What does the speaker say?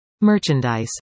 Merchandise